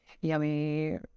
yummy